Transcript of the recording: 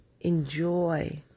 enjoy